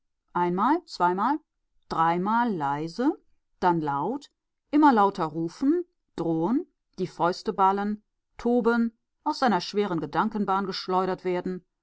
einmal zweimal dreimal leise dann laut immer lauter rufen drohen die fäuste ballen toben aus seiner schweren gedankenbahn geschleudert werden